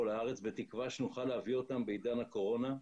לארץ בתקווה שנוכל להביא אותם בעידן הקורונה.